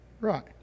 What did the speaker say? Right